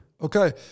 Okay